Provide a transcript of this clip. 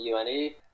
UNE